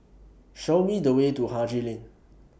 Show Me The Way to Haji Lane